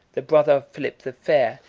the brother of philip the fair,